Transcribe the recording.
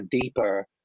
deeper